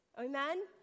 Amen